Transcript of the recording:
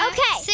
Okay